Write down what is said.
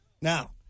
Now